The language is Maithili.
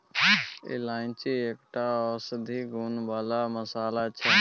इलायची एकटा औषधीय गुण बला मसल्ला छै